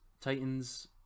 Titans